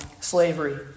slavery